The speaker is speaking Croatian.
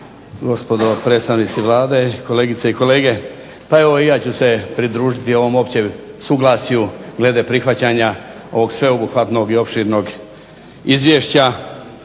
gospodo predstavnici Vlade, kolegice i kolege zastupnici. Pa evo i ja ću se pridružiti ovom općem suglasju glede prihvaćanje ovog sveobuhvatnog i opširnog izvješća